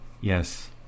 yes